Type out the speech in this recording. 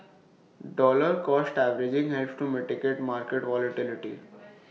dollar cost averaging helps to mitigate market volatility